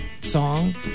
song